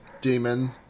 demon